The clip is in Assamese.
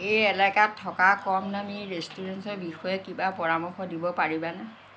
এই এলেকাত থকা কম দামী ৰেষ্টুৰেণ্টৰ বিষয়ে কিবা পৰামৰ্শ দিব পাৰিবানে